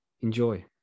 Enjoy